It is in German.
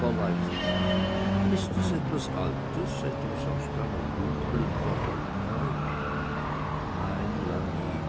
leicht machen ist es etwas altes etwas aus deiner dunklen vergangenheit nein lanni